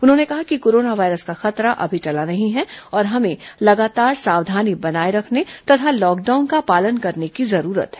उन्होंने कहा कि कोरोना वायरस का खतरा अभी टला नहीं है और हमें लगातार सावधानी बनाए रखने तथा लॉकडाउन का पालन करने की जरूरत है